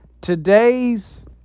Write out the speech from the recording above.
Today's